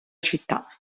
città